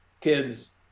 kids